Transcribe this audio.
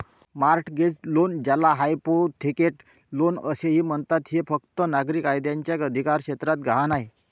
mortgage loan, ज्याला hypothecate loan असेही म्हणतात, हे फक्त नागरी कायद्याच्या अधिकारक्षेत्रात गहाण आहे